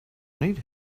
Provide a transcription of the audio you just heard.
need